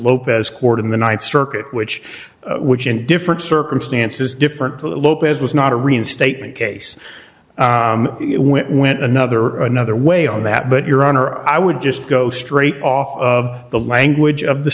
lopez court in the th circuit which which in different circumstances different to lopez was not a reinstatement case it went went another another way on that but your honor i would just go straight off of the language of the